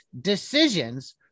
decisions